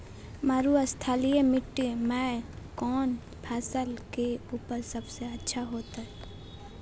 मरुस्थलीय मिट्टी मैं कौन फसल के उपज सबसे अच्छा होतय?